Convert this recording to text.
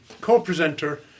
co-presenter